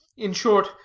in short,